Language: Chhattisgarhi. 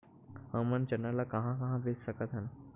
हमन चना ल कहां कहा बेच सकथन?